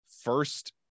first